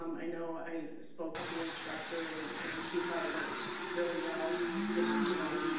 um i know i spoke with the instructor and, and she thought it went really well with, you know,